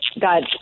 got